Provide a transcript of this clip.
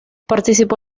participó